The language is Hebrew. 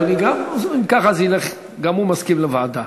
אם ככה, גם הוא מסכים לוועדה.